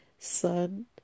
Sun